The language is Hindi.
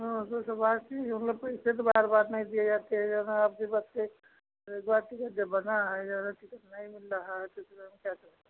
हाँ सो तो बात ठीक मतलब पैसे तो बार बार नहीं दिए जाते है जाना है आपके बस से एक बार तो टिकट जब बना है ज़्यादा टिकट नहीं मिल रहा है तो इसमें हम क्या करें